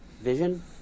vision